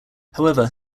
however